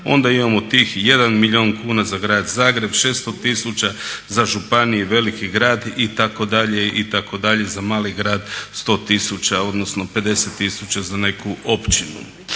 onda imamo tih 1 milijun kuna za Grad Zagreb, 600 tisuća za županije i veliki grad itd., itd. za mali grad 100 tisuća, odnosno 50 tisuća za neku općinu.